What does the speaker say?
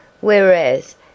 Whereas